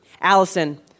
Allison